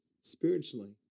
spiritually